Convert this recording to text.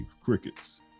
crickets